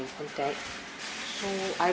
contact so I